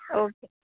okay